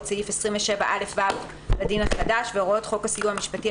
סעיף 27א(ו) לדין החדש והוראות חוק הסיוע המשפטי,